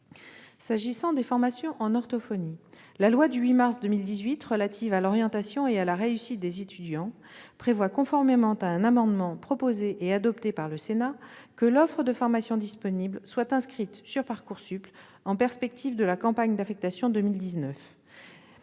S'agissant des formations en orthophonie, la loi du 8 mars 2018 relative à l'orientation et à la réussite des étudiants prévoit, conformément à un amendement adopté par le Sénat, que l'offre de formation disponible soit inscrite sur Parcoursup en perspective de la campagne d'affectation de 2019.